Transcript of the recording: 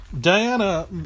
Diana